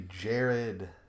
Jared